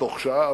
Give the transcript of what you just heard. בתוך שעה,